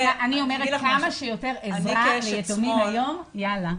אני אומרת כמה שיותר עזרה ליתומים היום, יאללה.